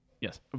Yes